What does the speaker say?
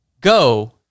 Go